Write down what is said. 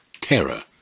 terror